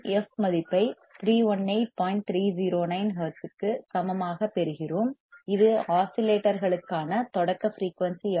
309 ஹெர்ட்ஸுக்கு சமமாகப் பெறுகிறோம் இது ஆஸிலேட்டர்களுக்கான தொடக்க ஃபிரீயூன்சி ஆகும்